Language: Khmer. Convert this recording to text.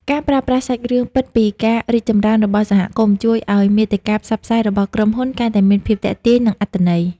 ការប្រើប្រាស់សាច់រឿងពិតពីការរីកចម្រើនរបស់សហគមន៍ ជួយឱ្យមាតិកាផ្សព្វផ្សាយរបស់ក្រុមហ៊ុនកាន់តែមានភាពទាក់ទាញ និងអត្ថន័យ។